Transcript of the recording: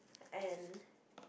and